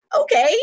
Okay